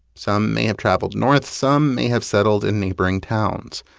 some may have traveled north, some may have settled in neighboring towns.